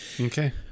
Okay